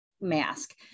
mask